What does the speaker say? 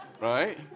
Right